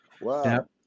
Wow